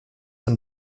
und